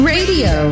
Radio